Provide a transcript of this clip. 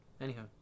anyhow